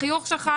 החיוך שלך,